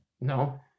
No